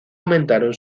aumentaron